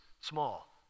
small